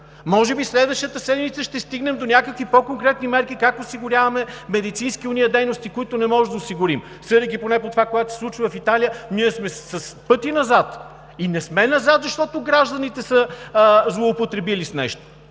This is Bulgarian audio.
може би следващата седмица ще стигнем до някакви по-конкретни мерки как осигуряваме онези медицински дейности, които не можем да осигурим. Съдейки поне по това, което се случва в Италия, ние сме в пъти назад. И не сме назад, защото гражданите са злоупотребили с нещо,